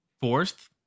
fourth